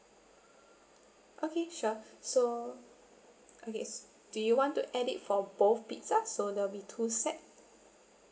okay sure so okay s~ do you want to add it for both pizza so there'll be two set